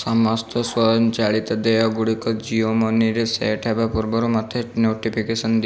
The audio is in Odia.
ସମସ୍ତ ସ୍ୱଂୟଚାଳିତ ଦେୟ ଗୁଡ଼ିକ ଜିଓ ମନିରେ ସେଟ୍ ହେବା ପୂର୍ବରୁ ମୋତେ ନୋଟିଫିକେସନ୍ ଦିଅ